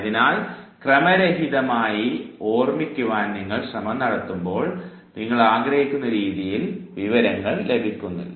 അതിനാൽ ക്രമരഹിതമായി ഓർമ്മിക്കുവാൻ നിങ്ങൾ ശ്രമം നടത്തുമ്പോൾ നിങ്ങൾ ആഗ്രഹിക്കുന്ന രീതിയിൽ വിവരങ്ങൾ ലഭിക്കുന്നില്ല